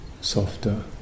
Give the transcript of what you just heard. Softer